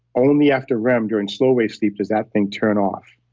only after rem, during slow wave sleep does that thing turn off.